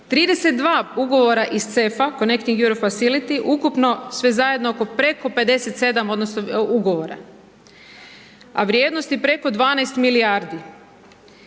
32 ugovora iz CEF-a, Connecting Europe Facility, ukupno sve zajedno preko 57 odnosno ugovora a vrijednosti preko 12 milijardi.